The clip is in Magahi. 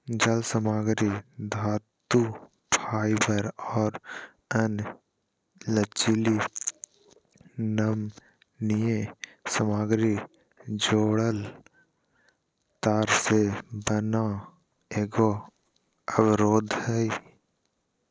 जालसामग्री धातुफाइबर और अन्य लचीली नमनीय सामग्री जोड़ल तार से बना एगो अवरोध हइ